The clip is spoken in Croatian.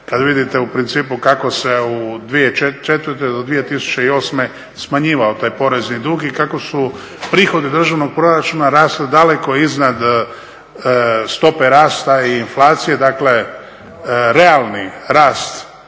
Kad vidite u principu kako se 2004.-2008. smanjivao taj porezni dug i kako su prihodi državnog proračuna rasli daleko iznad stope rasta i inflacije, dakle realni rast